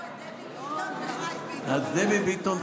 דבי ביטון,